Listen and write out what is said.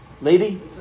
Lady